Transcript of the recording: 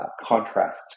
contrasts